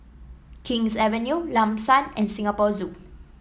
King's Avenue Lam San and Singapore Zoo